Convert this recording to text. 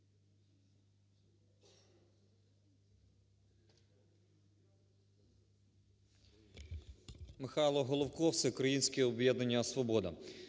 Михайло Головко, Всеукраїнське об'єднання "Свобода".